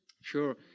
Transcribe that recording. Sure